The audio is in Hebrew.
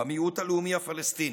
במיעוט הלאומי הפלסטיני,